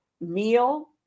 meal